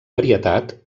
varietat